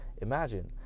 imagine